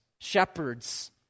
shepherds